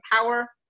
power